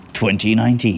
2019